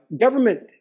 government